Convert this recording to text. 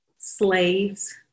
slaves